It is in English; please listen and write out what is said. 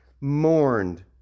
mourned